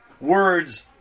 words